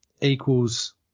equals